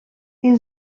این